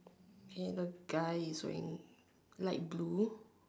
okay the guy is wearing light blue